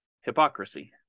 Hypocrisy